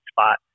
spot